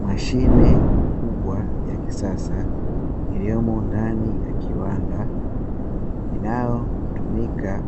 Mashine kubwa ya kisasa iliyomo ndani ya kiwanda inayotumika